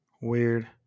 Weird